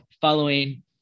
following